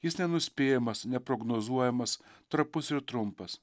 jis nenuspėjamas neprognozuojamas trapus ir trumpas